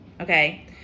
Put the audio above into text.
okay